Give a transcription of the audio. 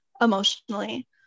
emotionally